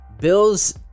bill's